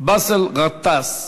באסל גטאס.